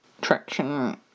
traction